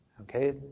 Okay